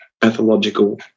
pathological